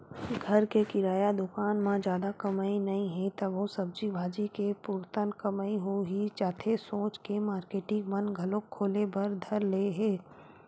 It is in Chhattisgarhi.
घर के किराना दुकान म जादा कमई नइ हे तभो सब्जी भाजी के पुरतन कमई होही जाथे सोच के मारकेटिंग मन घलोक खोले बर धर ले हे